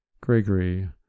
Gregory